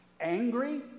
Angry